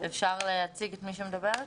אפשר להציג את מי שמדברת?